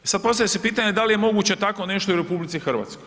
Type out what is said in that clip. I sad postavlja se pitanje da li je moguće tako nešto i u RH?